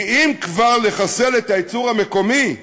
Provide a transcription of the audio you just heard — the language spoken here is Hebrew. כי אם כבר לחסל את הייצור המקומי,